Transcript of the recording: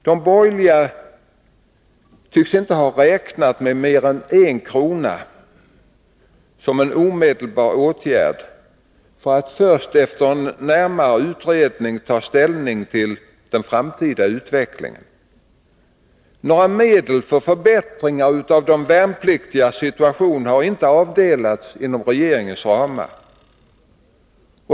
De borgerliga tycks inte ha räknat med en höjning med mer än 1 krona, som en omedelbar åtgärd, för att först efter en närmare utredning vilja ta ställning till den framtida utvecklingen. Några medel för förbättringar av de värnpliktigas situation har inte avdelats inom regeringens ramar.